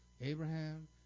Abraham